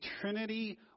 Trinity